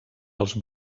els